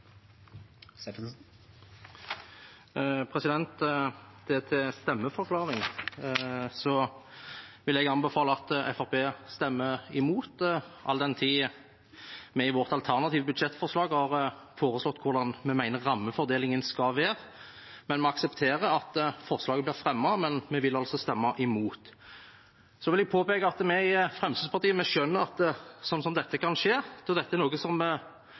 betyr at det settes opp til behandling straks. Presidenten er innstilt på å be Stortinget imøtekomme dette. Ber noen om ordet til behandlingsmåten? Til stemmeforklaring: Jeg vil anbefale at Fremskrittspartiet stemmer imot, all den tid vi i vårt alternative budsjettforslag har foreslått hvordan vi mener rammefordelingen skal være. Vi aksepterer at forslaget blir fremmet, men vi vil altså stemme imot. Så vil jeg påpeke at vi i Fremskrittspartiet skjønner at ting som dette